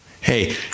Hey